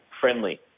friendly